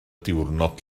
diwrnod